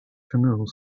canoe